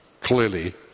Clearly